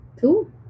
Cool